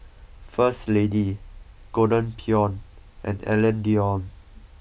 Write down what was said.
first Lady Golden Peony and Alain Delon